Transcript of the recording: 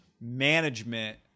management